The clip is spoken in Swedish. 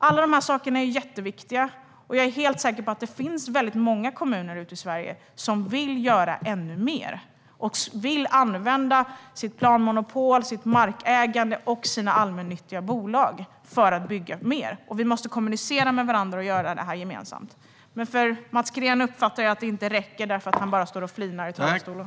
Alla dessa saker är jätteviktiga, och jag är helt säker på att det finns många kommuner i Sverige som vill göra ännu mer och som vill använda sitt planmonopol, sitt markägande och sina allmännyttiga bolag för att bygga mer. Vi måste kommunicera med varandra och göra detta gemensamt. Men jag uppfattar att det inte räcker för Mats Green, som bara står och flinar i talarstolen.